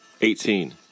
Eighteen